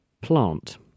plant